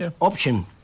option